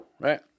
right